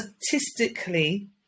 statistically